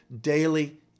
daily